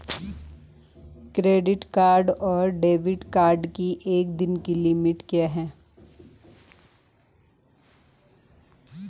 Credit card और debit card की एक दिन की लिमिट क्या है?